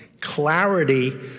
Clarity